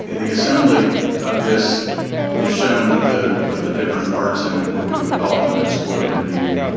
the assembly of this is shown with ah with the different parts in and what we would call an ah exploded view.